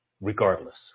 regardless